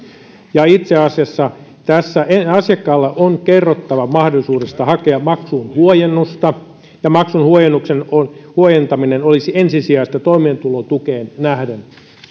itse asiassa tässä asiakkaalle on kerrottava mahdollisuudesta hakea maksuun huojennusta ja maksun huojentaminen olisi ensisijaista toimeentulotukeen nähden